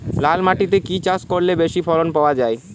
লাল মাটিতে কি কি চাষ করলে বেশি ফলন পাওয়া যায়?